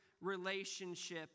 relationship